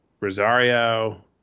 Rosario